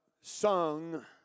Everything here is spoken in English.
sung